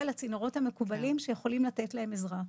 לצינורות המקובלים שיכולים לתת להם עזרה.